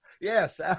Yes